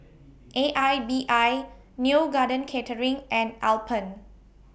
A I B I Neo Garden Catering and Alpen